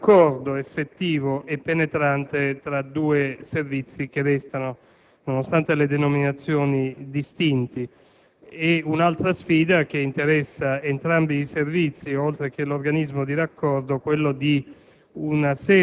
Si poteva fare meglio dal punto di vista dell'impostazione strutturale. Questa è una via intermedia tra il sistema che stiamo per lasciare alle nostre spalle, quello della duplicità dei Servizi con una segreteria di